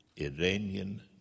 Iranian